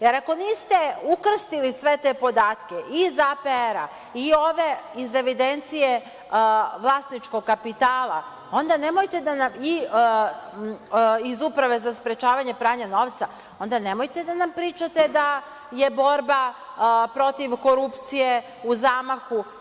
Jer, ako niste ukrstili sve te podatke iz APR-a i ove iz evidencije vlasničkog kapitala i iz Uprave za pranje novca, onda nemojte da nam pričate da je borba protiv korupcije u zamahu.